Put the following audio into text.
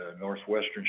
Northwestern